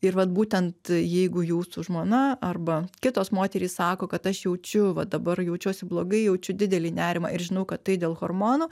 ir vat būtent jeigu jūsų žmona arba kitos moterys sako kad aš jaučiu va dabar jaučiuosi blogai jaučiu didelį nerimą ir žinau kad tai dėl hormono